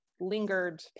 lingered